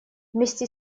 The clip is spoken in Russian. вместе